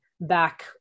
back